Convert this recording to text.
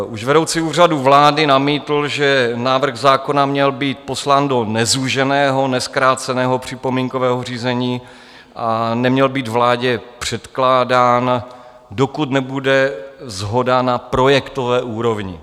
Už vedoucí Úřadu vlády namítl, že návrh zákona měl být poslán do nezúženého, nezkráceného připomínkového řízení a neměl být vládě předkládán, dokud nebude shoda na projektové úrovni.